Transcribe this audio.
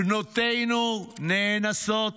בנותינו נאנסות,